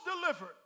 delivered